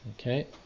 Okay